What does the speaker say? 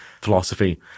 philosophy